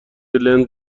لنت